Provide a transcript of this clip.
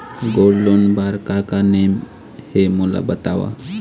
Gold loan बार का का नेम हे, मोला बताव?